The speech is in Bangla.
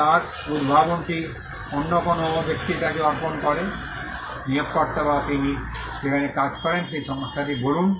তার উদ্ভাবনটি অন্য কোনও ব্যক্তির কাছে অর্পণ করে নিয়োগকর্তা বা তিনি যেখানে কাজ করেন সেই সংস্থাটি বলুন